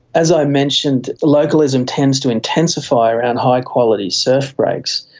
as i mentioned, localism tends to intensify around high quality surf breaks,